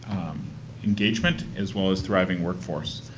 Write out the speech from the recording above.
engagement, as well as thriving workforce.